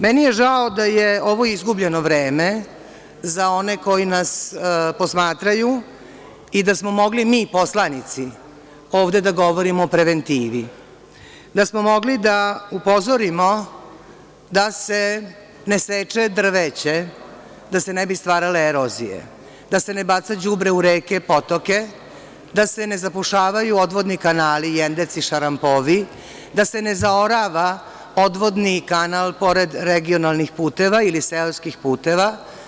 Meni je žao da je ovo izgubljeno vreme za one koji nas posmatraju i da smo mogli mi poslanici ovde da govorimo o preventivi, da smo mogli da upozorimo da se ne seče drveće da se ne bi stvarale erozije, da se ne baca đubre u reke, potoke, da se ne zapušavaju odvodni kanali, jendeci, šarampovi, da se ne zaorava odvodni kanal pored regionalnih puteva ili seoskih puteva.